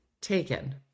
Taken